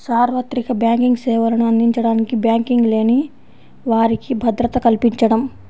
సార్వత్రిక బ్యాంకింగ్ సేవలను అందించడానికి బ్యాంకింగ్ లేని వారికి భద్రత కల్పించడం